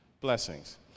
blessings